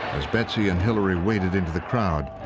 as betsy and hillary waded into the crowd,